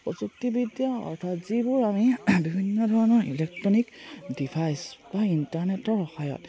প্ৰযুক্তিবিদ্যা অৰ্থাৎ যিবোৰ আমি বিভিন্ন ধৰণৰ ইলেক্ট্ৰনিক ডিভাইচ বা ইণ্টাৰনেটৰ সহায়ত